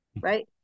right